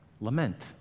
lament